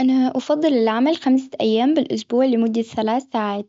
أنا أفضل العمل خمسة أيام بالإسبوع لمدة ثلاث ساعات،